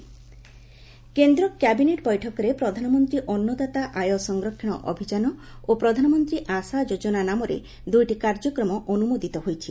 cabinet umbrella scheme କେନ୍ଦ୍ର cabinet ବୈଠକରେ ପ୍ରଧାନମନ୍ତ୍ରୀ ଅନ୍ନଦାତା ଆୟ ସଂରକ୍ଷଣ ଅଭିଯାନ ଓ ପ୍ରଧାନମନ୍ତ୍ରୀ ଆଶା ଯୋଜନା ନାମରେ ଦୁଇଟି କାର୍ଯ୍ୟକ୍ରମ ଅନୁମୋଦିତ ହୋଇଛି